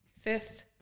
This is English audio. Fifth